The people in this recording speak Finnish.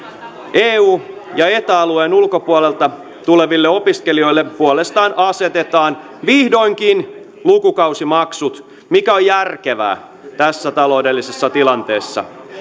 eu ja eta alueen ulkopuolelta tuleville opiskelijoille puolestaan asetetaan vihdoinkin lukukausimaksut mikä on järkevää tässä taloudellisessa tilanteessa